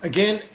Again